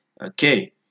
Okay